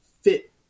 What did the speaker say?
fit